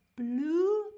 blue